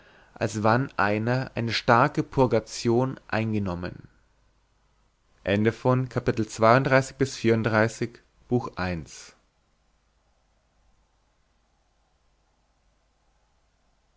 als wann einer eine starke purgation eingenommen